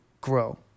grow